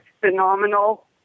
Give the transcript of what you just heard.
phenomenal